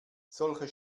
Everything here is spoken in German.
solche